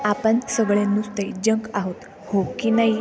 आपण सगळे नुसते जंक आहोत हो की नाही